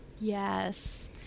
Yes